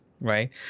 Right